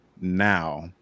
Now